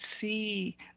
see